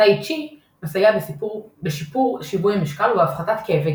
טאי צ'י מסייע בשיפור שיווי המשקל ובהפחתת כאבי